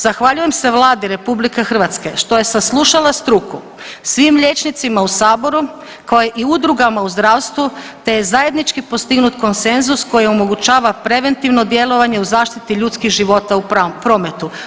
Zahvaljujem se Vladi Republike Hrvatske što je saslušala struku, svim liječnicima u Saboru kao i udrugama u zdravstvu, te je zajednički postignut konsenzus koji omogućava preventivno djelovanje u zaštiti ljudskih života u prometu.